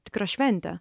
tikrą šventę